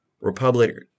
Republican